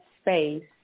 space